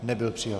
Nebyl přijat.